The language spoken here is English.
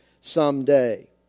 someday